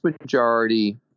majority